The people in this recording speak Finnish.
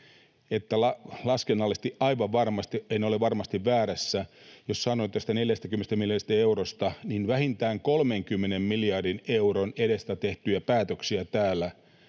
että laskennallisesti aivan varmasti — en ole varmasti väärässä, jos sanon — tästä 40 miljardista eurosta vähintään 30 miljardin edestä tehtyjä päätöksiä